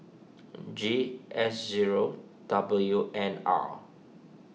G S zero W N R